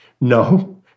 No